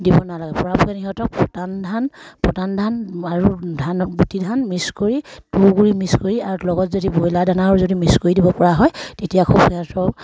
দিব নালাগে পৰাপক্ষত সিহঁতক পতান ধান পতান ধান আৰু ধানৰ গুটি ধান মিক্স কৰি তুঁহ গুৰি মিক্স কৰি আৰু লগত যদি ব্ৰইলাৰ দানাও যদি মিক্স কৰি দিব পৰা হয় তেতিয়া খুব সিহঁতৰ